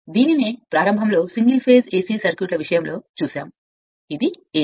కాబట్టి మరియు ప్రారంభంలో సింగిల్ ఫేస్ ఎసి సర్క్యూట్లో తత్త్వం చూసాము కాబట్టి ఇది ఎసి